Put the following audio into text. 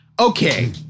Okay